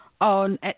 On